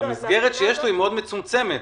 המסגרת שיש לו היא מאוד מצומצמת.